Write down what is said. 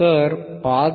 तर 5